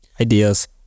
ideas